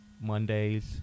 Mondays